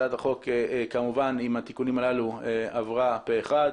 הצבעה אושר הצעת החוק עם התיקונים עברה פה אחד.